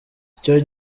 icyo